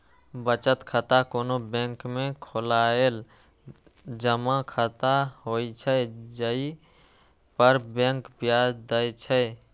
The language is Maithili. बचत खाता कोनो बैंक में खोलाएल जमा खाता होइ छै, जइ पर बैंक ब्याज दै छै